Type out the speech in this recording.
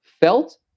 felt